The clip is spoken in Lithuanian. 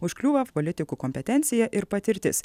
užkliūva politikų kompetencija ir patirtis